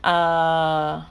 err